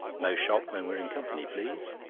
no shop when we're in company, please.